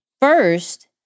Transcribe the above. first